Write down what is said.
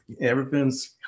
everything's